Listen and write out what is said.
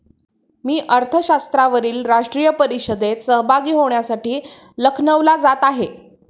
मी अर्थशास्त्रावरील राष्ट्रीय परिषदेत सहभागी होण्यासाठी लखनौला जात आहे